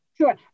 Sure